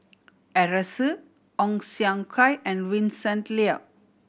Arasu Ong Siong Kai and Vincent Leow